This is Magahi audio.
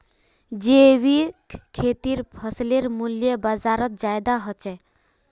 जैविक खेतीर फसलेर मूल्य बजारोत ज्यादा होचे